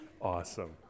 Awesome